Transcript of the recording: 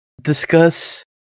discuss